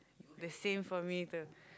the same for me too